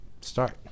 start